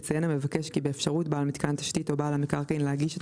יציין המבקש כי באפשרות בעל מיתקן תשתית או בעל המקרקעין להגיש את